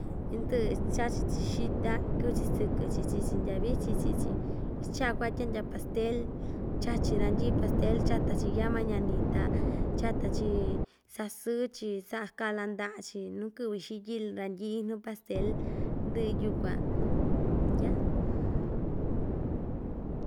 Indɨ'ɨ ichachi‑chi xita kɨ'vɨ‑chi sɨkɨ‑chi chi'i‑chi ndyavichin chi'i‑chi ichaa ku'a tyan'dya pastel chachi randyi'i pastel chata‑chi yaa mañanita chata‑chi sasɨɨ‑chi sa'a ka'la nda'a‑chi nuu kɨ'vɨ xityin randyi'i nuu pastel ndɨ'ɨ yukuan ya.